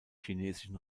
chinesischen